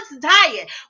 diet